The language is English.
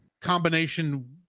combination